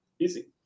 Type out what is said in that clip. Easy